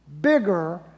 bigger